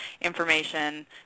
information